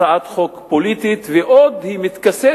הצעת חוק פוליטית, ועוד היא מתכסה